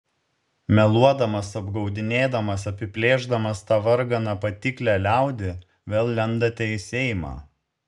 meluodamas apgaudinėdamas apiplėšdamas tą varganą patiklią liaudį vėl lendate į seimą